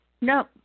No